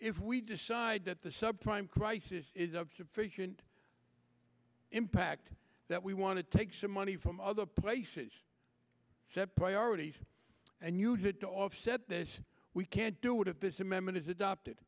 if we decide that the sub prime crisis is of sufficient impact that we want to take some money from other places set priorities and you get to offset this we can't do it at this amendment is adopted